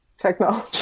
technology